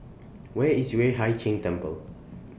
Where IS Yueh Hai Ching Temple